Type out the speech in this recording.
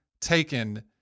taken